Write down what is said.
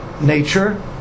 nature